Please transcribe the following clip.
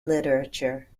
literature